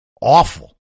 awful